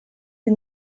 des